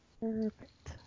Perfect